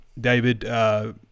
David